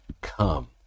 come